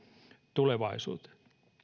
tulevaisuuteen